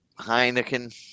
Heineken